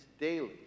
daily